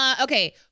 Okay